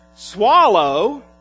swallow